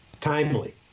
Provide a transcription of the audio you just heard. timely